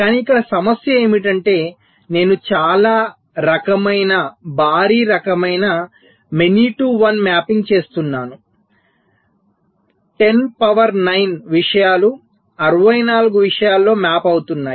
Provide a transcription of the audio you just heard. కానీ ఇక్కడ సమస్య ఏమిటంటే నేను చాలా రకమైన భారీ రకమైన మెనీ టు వన్ మ్యాపింగ్ చేస్తున్నాను 10 పవర్ 9 విషయాలు 64 విషయాలలో మ్యాప్ అవుతున్నాయి